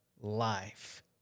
life